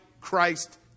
Christ